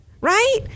Right